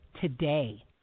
today